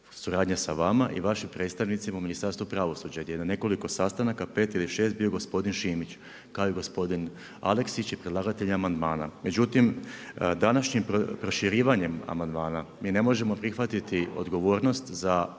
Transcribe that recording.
suradnje sa vama i vašim predstavnicima u Ministarstvu pravosuđa, gdje je na nekoliko sastanaka 5 ili 6 bio gospodin Šimić, kao i gospodin Aleskić i predlagatelj amandmana. Međutim, današnjim proširivanjem amandmana, mi ne možemo prihvatiti odgovornost za